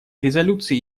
резолюции